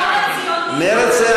מרצ,